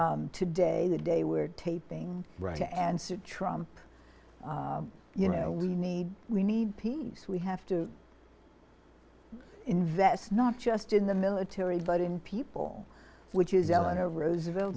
today the day we're taping right to answer trump you know we need we need peace we have to invest not just in the military but in people which is eleanor roosevelt